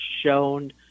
shown